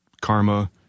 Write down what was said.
karma